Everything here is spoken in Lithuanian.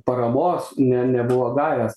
paramos ne nebuvo gavęs